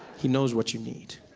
he knows what you need.